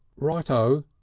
right o,